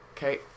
Okay